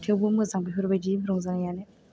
थेवबो मोजां बेफोरबायदि रंजानायानो